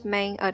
Main